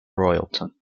royalton